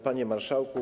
Panie Marszałku!